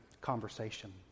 conversation